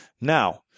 Now